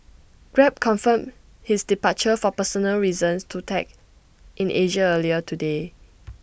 grab confirmed his departure for personal reasons to tech in Asia earlier today